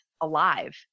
alive